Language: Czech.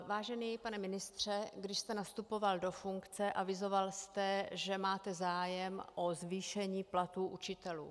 Vážený pane ministře, když jste nastupoval do funkce, avizoval jste, že máte zájem o zvýšení platů učitelů.